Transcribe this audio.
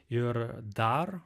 ir dar